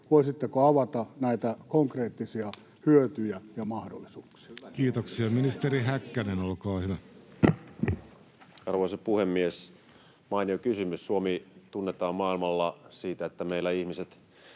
Voisitteko avata näitä konkreettisia hyötyjä ja mahdollisuuksia? Kiitoksia. — Ministeri Häkkänen, olkaa hyvä. Arvoisa puhemies! Mainio kysymys. Suomi tunnetaan maailmalla siitä, että meillä ihmiset